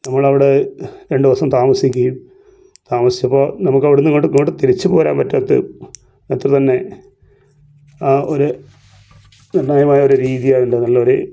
നമ്മളവിടെ രണ്ടു ദിവസം താമസിക്കുകയും താമസിച്ചപ്പോൾ നമുക്ക് അവിടെ നിന്ന് ഇങ്ങോട്ട് ഇങ്ങോട്ട് തിരിച്ചു പോരാൻ പറ്റാത്ത അത്ര തന്നെ ആ ഒരു നിർണായകമായ ഒര് രീതി ആയിട്ട് ഉണ്ട് നല്ല ഒര്